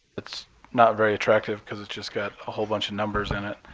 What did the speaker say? it's not very attractive because it's just got a whole bunch of numbers in it.